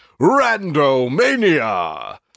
RANDOMANIA